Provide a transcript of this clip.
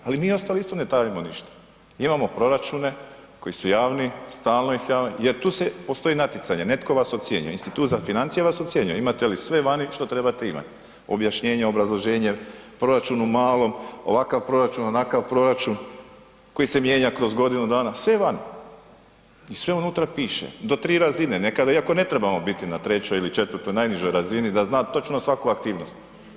Ali mi ostali isto ne tajimo ništa, imamo proračune koji su javni, ... jer tu se, postoji natjecanje, netko vas ocjenjuje, institut za financije vas ocjenjuje imate li sve vani što trebate imati, objašnjenje, obrazloženje, proračun u malom, ovakav proračun, onakav proračun koji se mijenja kroz godinu dana, sve je vani i sve unutra piše, do tri razine, nekada iako ne trebamo biti na trećoj ili četvrtnoj, najnižoj razini da zna točno svaku aktivnost.